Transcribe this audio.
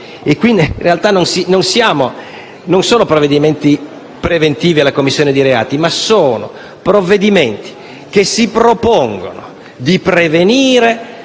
ma qui, in realtà, non si tratta di provvedimenti preventivi alla commissione di reati, bensì di provvedimenti che si propongono di prevenire